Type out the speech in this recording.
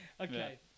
Okay